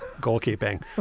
goalkeeping